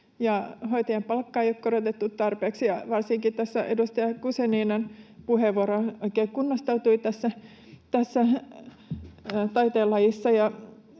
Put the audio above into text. hoitajien palkkaa ei ole korotettu tarpeeksi. Varsinkin edustaja Guzeninan puheenvuoro oikein kunnostautui tässä taiteenlajissa.